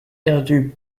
perdue